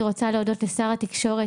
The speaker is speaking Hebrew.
אני רוצה להודות לשר התקשורת,